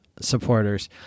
supporters